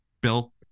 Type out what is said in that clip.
Bill